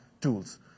tools